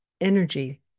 energy